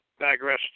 digress